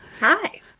Hi